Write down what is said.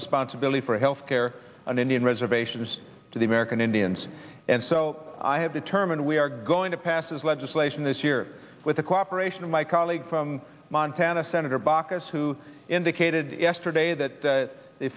responsibility for health care on indian reservations to the american indians and so i have determined we are going to pass this legislation this year with the cooperation of my colleague from montana senator baucus who indicated yesterday that